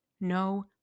no